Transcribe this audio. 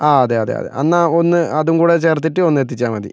ആ അതെ അതെ എന്നാൽ ഒന്ന് അതും കൂടെ ചേർത്തിട്ട് ഒന്ന് എത്തിച്ചാൽ മതി